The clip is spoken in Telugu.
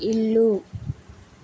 ఇల్లు